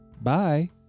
Bye